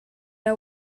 our